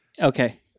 Okay